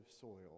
soil